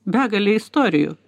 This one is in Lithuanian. begalė istorijų